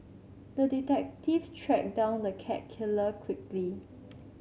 the detective tracked down the cat killer quickly